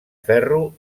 ferro